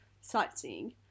sightseeing